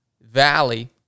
valley